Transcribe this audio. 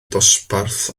dosbarth